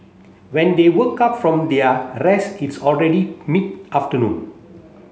when they woke up from their rest it's already mid afternoon